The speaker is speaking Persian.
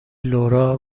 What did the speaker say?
لورا